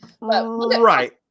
Right